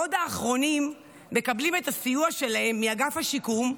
בעוד האחרונים מקבלים את הסיוע שלהם מאגף השיקום,